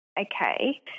Okay